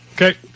Okay